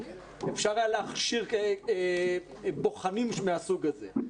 אפשר היה להכשיר בוחנים מהסוג הזה,